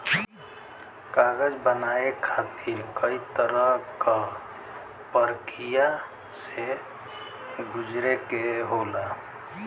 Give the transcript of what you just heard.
कागज बनाये खातिर कई तरह क परकिया से गुजरे के होला